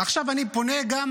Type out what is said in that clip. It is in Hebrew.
עכשיו אני פונה גם